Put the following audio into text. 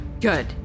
Good